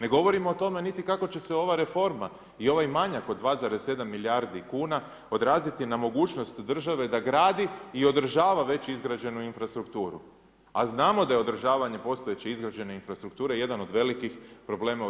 Ne govorimo o tome niti kako će se ova reforma i ovaj manjak od 2,7 milijardi kuna odraziti na mogućnost države da gradi i održava već izgrađenu infrastrukturu, a znamo da je održavanje postojeće izgrađene infrastrukture jedan od velikih problema u RH.